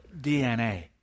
DNA